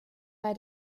bei